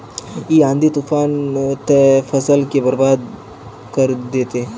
इ आँधी तूफान ते फसल के बर्बाद कर देते?